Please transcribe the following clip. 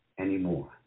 anymore